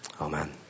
Amen